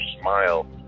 smile